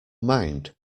mind